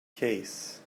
case